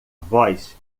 voz